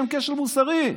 הם כשל מוסרי.